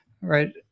Right